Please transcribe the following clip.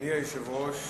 אדוני היושב-ראש,